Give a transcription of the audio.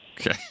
Okay